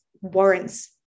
warrants